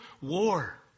war